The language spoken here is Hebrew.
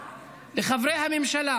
לחברי הממשלה,